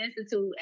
Institute